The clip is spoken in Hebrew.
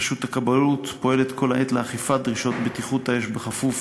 רשות הכבאות פועלת כל העת לאכיפת דרישות בטיחות האש כפוף